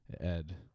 Ed